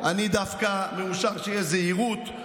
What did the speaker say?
אני דווקא מאושר שתהיה זהירות.